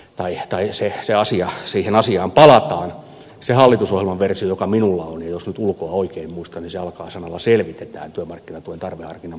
vaihtaisi asiaa sillä siihen asiaan palataan se hallitusohjelmaversio joka minulla on jos nyt ulkoa oikein muistan alkaa sanalla selvitetään työmarkkinatuen tarveharkinnan poistamisen mahdollisuudet